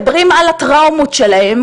מדברים על הטראומות שלהם,